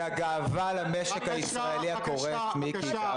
מיקי, אתה גאווה למשק הישראלי הקורס.